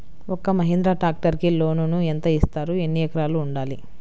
ఒక్క మహీంద్రా ట్రాక్టర్కి లోనును యెంత ఇస్తారు? ఎన్ని ఎకరాలు ఉండాలి?